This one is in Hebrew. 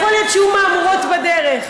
יכול להיות שיהיו מהמורות בדרך,